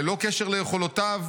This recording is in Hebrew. ללא קשר ליכולותיו,